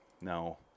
No